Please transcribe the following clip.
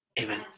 Amen